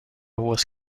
was